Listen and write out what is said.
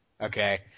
okay